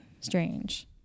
strange